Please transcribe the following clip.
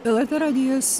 lrt radijas